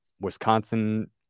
Wisconsin